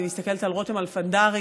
אני מסתכלת על רותם אלפנדרי,